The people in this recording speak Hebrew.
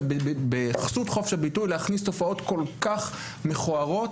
בחסות חופש הביטוי, להכניס תופעות כל כך מכוערות.